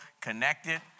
connected